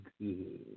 good